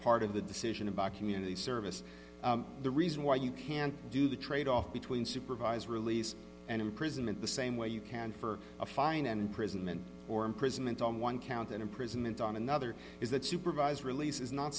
part of the decision about community service the reason why you can't do the trade off between supervised release and imprisonment the same way you can for a fine and imprisonment or imprisonment on one count and imprisonment on another is that supervised release is not